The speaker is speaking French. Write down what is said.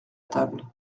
table